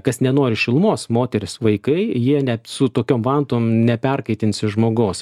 kas nenori šilumos moterys vaikai jie net su tokiom vantom neperkaitinsi žmogaus